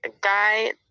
guy